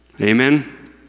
Amen